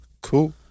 Cool